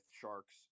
sharks